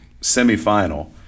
semifinal